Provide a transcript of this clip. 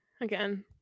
again